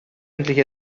endlich